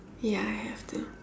ya I have to